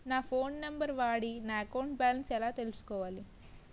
నా phone number వాడి నా అకౌంట్ బాలన్స్ ఎలా తెలుసుకోవాలి?